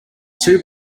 two